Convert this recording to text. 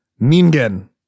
Ningen